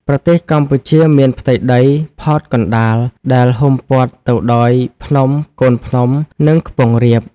ប្រទេសកម្ពុជាមានផ្ទៃដីផតកណ្តាល ដែលហ៊ុំព័ទ្ធទៅដោយ ភ្នំ កូនភ្នំ និង ខ្ពង់រាប ។